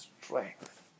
strength